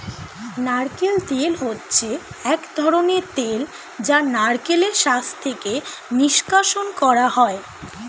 নারকেল তেল হচ্ছে এক ধরনের তেল যা নারকেলের শাঁস থেকে নিষ্কাশণ করা হয়